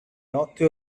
notte